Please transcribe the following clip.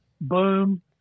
boom